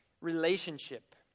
relationship